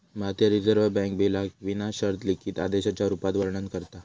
भारतीय reserve bank बिलाक विना शर्त लिखित आदेशाच्या रुपात वर्णन करता